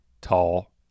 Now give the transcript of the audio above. tall